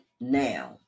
now